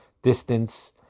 distance